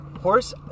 horse